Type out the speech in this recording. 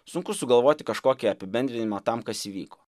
sunku sugalvoti kažkokį apibendrinimą tam kas įvyko